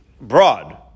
broad